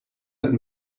let